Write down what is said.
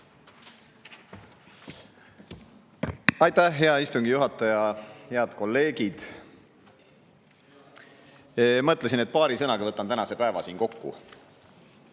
Aitäh, hea istungi juhataja! Head kolleegid! Mõtlesin, et paari sõnaga võtan tänase päeva kokku.